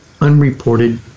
unreported